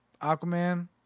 Aquaman